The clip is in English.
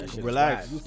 Relax